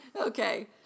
Okay